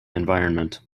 environment